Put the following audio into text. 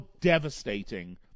devastating